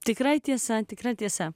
tikra tiesa tikra tiesa